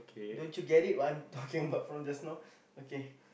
don't you get it what I'm talking about from just now okay